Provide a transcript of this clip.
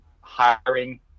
hiring